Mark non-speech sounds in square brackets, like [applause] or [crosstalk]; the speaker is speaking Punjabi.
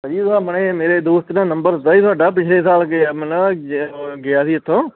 ਭਾਅ ਜੀ [unintelligible] ਮੇਰੇ ਦੋਸਤ ਨੇ ਨੰਬਰ ਦਿੱਤਾ ਜੀ ਤੁਹਾਡਾ ਪਿਛਲੇ ਸਾਲ ਗਏ [unintelligible] ਗਿਆ ਸੀ ਇੱਥੋਂ